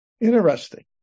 Interesting